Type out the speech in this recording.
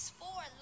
four